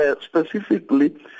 specifically